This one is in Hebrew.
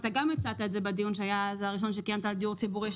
אתה גם הצעת את זה אז בדיון הראשון שקיימת על דיור ציבורי,